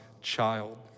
child